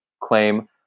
claim